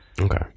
Okay